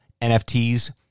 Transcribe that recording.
NFTs